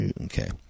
Okay